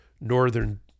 northern